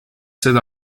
seda